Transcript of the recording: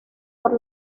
por